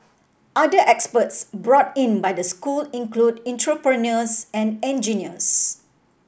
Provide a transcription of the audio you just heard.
other experts brought in by the school include entrepreneurs and engineers